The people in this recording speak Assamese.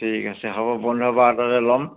ঠিক আছে হ'ব বন্ধ বাৰ এটাতে ল'ম